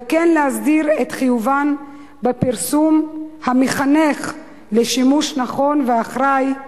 וכן להסדיר את חיובן בפרסום המחנך לשימוש נכון ואחראי,